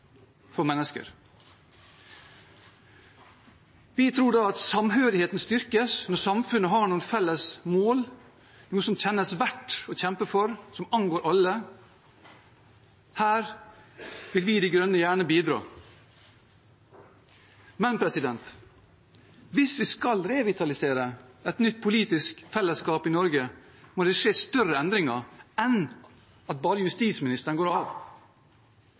for mennesker. Vi tror at samhørigheten styrkes når samfunnet har noen felles mål, noe som kjennes verdt å kjempe for, og som angår alle. Her vil vi i De grønne gjerne bidra. Men hvis vi skal revitalisere et nytt politisk fellesskap i Norge, må det skje større endringer enn at bare justisministeren går av.